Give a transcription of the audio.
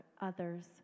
others